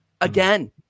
again